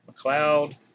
McLeod